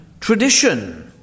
tradition